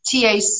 TAC